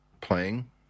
playing